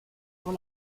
sur